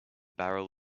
barrel